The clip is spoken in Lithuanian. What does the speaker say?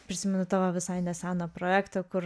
prisimenu tavo visai neseną projektą kur